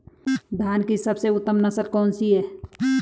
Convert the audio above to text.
धान की सबसे उत्तम नस्ल कौन सी है?